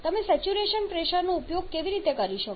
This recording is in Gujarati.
તમે આ સેચ્યુરેશન પ્રેશરનો ઉપયોગ કેવી રીતે કરી શકો